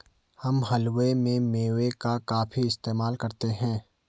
हम हलवे में मेवे का काफी इस्तेमाल करते हैं